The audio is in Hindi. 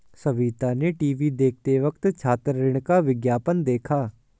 सविता ने टीवी देखते वक्त छात्र ऋण का विज्ञापन देखा